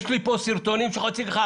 יש לי פה סרטונים שאני יכול להוציא לך.